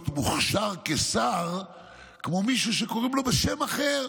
מוכשר כשר כמו מישהו שקוראים לו בשם אחר,